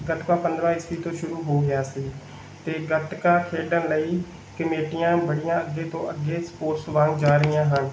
ਗੱਤਕਾ ਪੰਦਰਾਂ ਈਸਵੀ ਤੋਂ ਸ਼ੁਰੂ ਹੋ ਗਿਆ ਸੀ ਅਤੇ ਗੱਤਕਾ ਖੇਡਣ ਲਈ ਕਮੇਟੀਆਂ ਬੜੀਆਂ ਅੱਗੇ ਤੋਂ ਅੱਗੇ ਸਪੋਰਟਸ ਵਾਂਗ ਜਾ ਰਹੀਆਂ ਹਨ